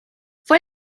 fue